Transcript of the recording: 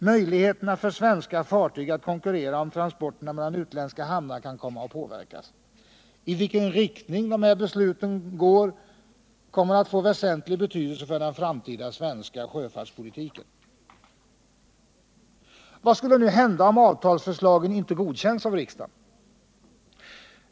Möjligheterna för svenska fartyg att konkurrera om transporterna mellan utländska hamnar kan komma att påverkas. I vilken riktning besluten går får väsentlig betydelse för den framtida svenska sjöfartspolitiken. Vad skulle hända om avtalsförslagen inte godkänns av riksdagen?